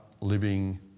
living